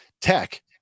tech